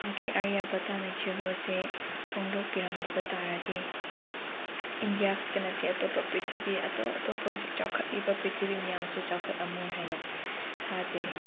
ꯃꯍꯥꯛꯀꯤ ꯑꯥꯔꯤꯌꯥꯕꯠꯇꯅ ꯖꯦꯔꯣ ꯑꯁꯦ ꯐꯣꯡꯗꯣꯛꯄꯤꯔꯝꯗꯕ ꯇꯥꯔꯗꯤ ꯏꯟꯗꯤꯌꯥꯈꯛꯇ ꯅꯠꯇꯦ ꯑꯇꯣꯞꯄ ꯄ꯭ꯔꯤꯊꯤꯕꯤ ꯑꯇꯣꯞ ꯑꯇꯣꯞꯄ ꯍꯧꯖꯤꯛ ꯆꯥꯎꯈꯠꯂꯤꯕ ꯄ꯭ꯔꯤꯊꯤꯕꯤ ꯃꯌꯥꯝꯁꯨ ꯆꯥꯎꯈꯠꯂꯝꯃꯣꯏ ꯍꯥꯏꯅ ꯊꯥꯖꯩ